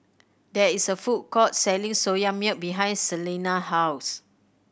there is a food court selling Soya Milk behind Celena house